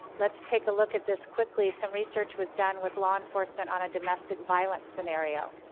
let's take a look at this quickly, some research was done with law enforcement on a domestic violence scenario.